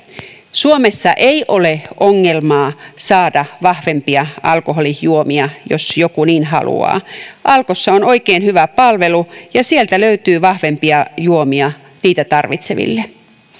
suomessa ei ole ongelmaa saada vahvempia alkoholijuomia jos joku niin haluaa alkossa on oikein hyvä palvelu ja sieltä löytyy vahvempia juomia niitä tarvitseville